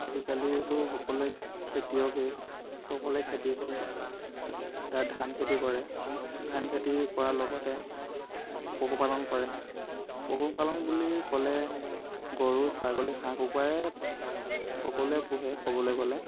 আজিকালিতো সকলোৱে খেতিয়কেই সকলোৱে খেতি কৰে এটা ধান খেতি কৰে ধান খেতি কৰাৰ লগতে পশুপালন কৰে পশুপালন বুলি ক'লে গৰু ছাগলী হাঁহ কুকুৰাৰে সকলোৱে পোহে ক'বলৈ গ'লে